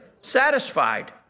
Satisfied